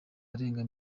arenga